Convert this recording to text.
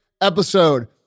episode